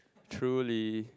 truly